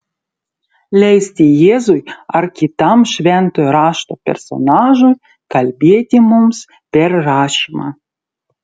leisti jėzui ar kitam šventojo rašto personažui kalbėti mums per rašymą